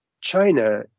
China